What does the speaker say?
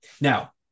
Now